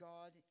God